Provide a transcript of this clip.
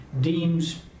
deems